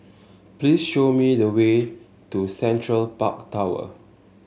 please show me the way to Central Park Tower